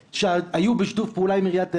שהיו בשיתוף פעולה עם עיריית אילת,